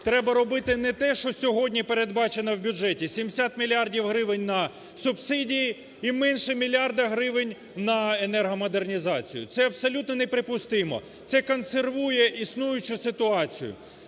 треба робити не те, що сьогодні передбачено в бюджеті: 70 мільярдів гривень на субсидії і менше мільярда гривень на енергомодернізацію. Це абсолютно неприпустимо. Це консервує існуючу ситуацію.